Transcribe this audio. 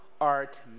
art